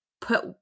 put –